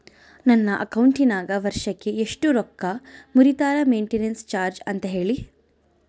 ನನ್ನ ಅಕೌಂಟಿನಾಗ ವರ್ಷಕ್ಕ ಎಷ್ಟು ರೊಕ್ಕ ಮುರಿತಾರ ಮೆಂಟೇನೆನ್ಸ್ ಚಾರ್ಜ್ ಅಂತ ಹೇಳಿ?